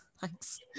Thanks